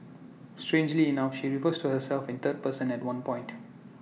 strangely enough she refers to herself in third person at one point